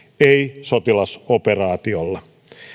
ei sotilasoperaatiolla